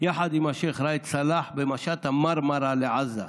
יחד עם השייח' ראאד סלאח במשט המרמרה לעזה,